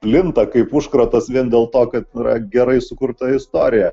plinta kaip užkratas vien dėl to kad yra gerai sukurta istorija